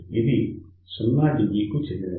అది 0 dBm కు చెందినది